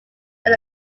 than